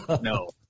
No